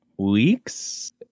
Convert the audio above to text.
Weeks